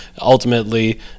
Ultimately